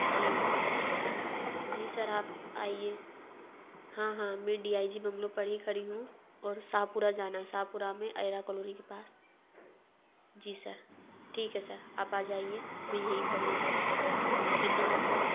जी जी सर आप आइए हाँ हाँ मैं डी आई जी बंगलो पर ही खड़ी हूँ और शाहपुरा जाना है शाहपुरा में अइ आर कालोनी के पास जी सर ठीक है सर आप आ जाइए मैं यही खड़ी हूँ धन्यवाद सर